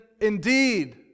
indeed